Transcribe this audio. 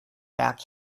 back